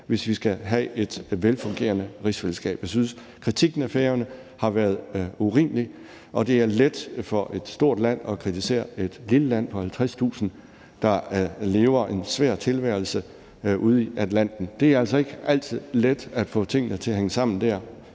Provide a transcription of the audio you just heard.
hvis vi skal have et velfungerende rigsfællesskab. Jeg synes, kritikken af Færøerne har været urimelig, og det er let for et stort land at kritisere et lille land på 50.000 indbyggere, der lever en svær tilværelse ude i Atlanten. Det er altså ikke altid let at få tingene til at hænge sammen dér.